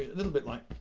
little bit like.